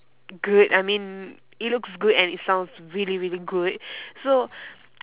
good I mean it looks good and it sounds really really good so